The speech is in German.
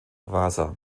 wasa